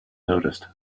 noticed